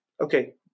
okay